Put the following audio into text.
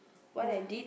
ya